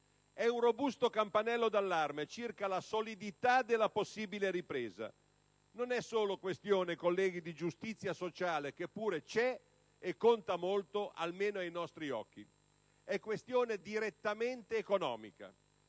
È un robusto campanello d'allarme circa la solidità della possibile ripresa. Non è solo questione, colleghi, di giustizia sociale, che pure c'è e conta molto, almeno ai nostri occhi. È una questione direttamente economica.